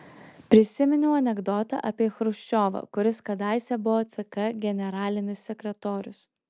prisiminiau anekdotą apie chruščiovą kuris kadaise buvo ck generalinis sekretorius